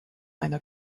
einer